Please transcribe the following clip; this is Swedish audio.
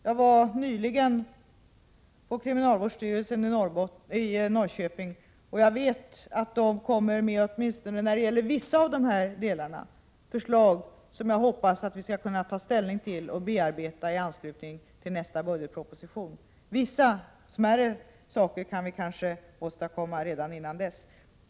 Jag var nyligen på kriminalvårdsstyrelsen i Norrköping, och jag vet att man där kommer med förslag, åtminstone när det gäller vissa delar, som vi förhoppningsvis kan bearbeta och ta ställning till i anslutning till nästa budgetproposition. Vissa smärre saker kan vi kanske åstadkomma innan dess.